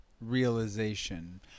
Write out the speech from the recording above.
realization